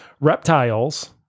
Reptiles